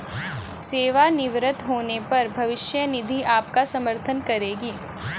सेवानिवृत्त होने पर भविष्य निधि आपका समर्थन करेगी